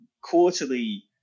quarterly